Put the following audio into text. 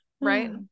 right